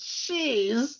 jeez